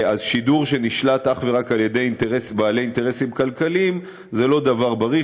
שידור שנשלט אך ורק בידי בעלי אינטרסים כלכליים זה לא דבר בריא.